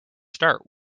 start